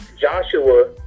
Joshua